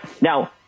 now